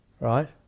Right